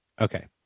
Okay